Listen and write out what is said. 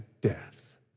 death